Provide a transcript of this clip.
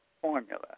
formula